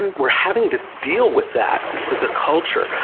and we're having to deal with that as a culture.